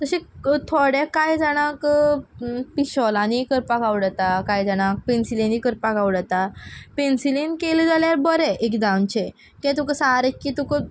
तशें क थोडे कांय जाणाक पिशॉलांनी करपाक आवडता कांय जाणाक पेंसिलेनी करपाक आवडता पेंसिलेन केले जाल्यार बरें एकदांचें तें तुका सारकें तुक